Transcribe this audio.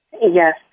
Yes